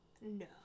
No